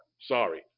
Sorry